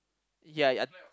yeah yeah